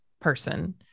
person